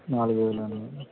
నాలుగు వేలు అండి